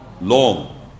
Long